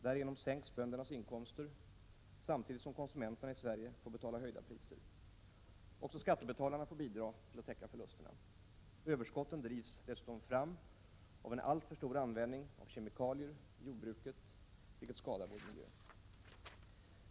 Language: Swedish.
Därigenom sänks böndernas inkomster, samtidigt som konsumenterna i Sverige får betala höjda priser. Också skattebetalarna får bidra till att täcka förlusterna. Överskotten drivs dessutom fram av en alltför stor användning av kemikalier i jordbruket, vilka skadar vår miljö.